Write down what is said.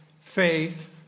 faith